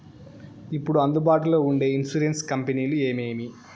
ఇప్పుడు అందుబాటులో ఉండే ఇన్సూరెన్సు కంపెనీలు ఏమేమి?